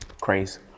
crazy